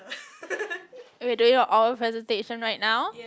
we are doing a oral presentation right now